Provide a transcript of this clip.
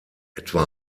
etwa